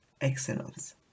excellence